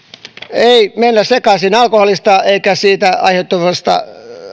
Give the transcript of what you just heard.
ei mennä sekaisin alkoholista eikä siitä aiheutuvasta